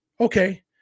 Okay